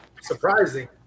surprising